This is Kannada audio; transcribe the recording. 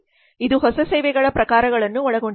ಇದು ಹೊಸ ಸೇವೆಗಳ ಪ್ರಕಾರಗಳನ್ನು ಒಳಗೊಂಡಿದೆ